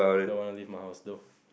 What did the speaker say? don't want to leave my house though